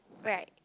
right